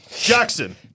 Jackson